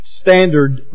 Standard